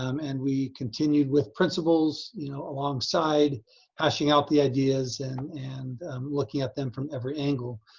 um and we continued with principals, you know, alongside hashing out the ideas and, and looking at them from every angle.